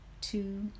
two